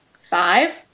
five